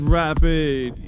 rapid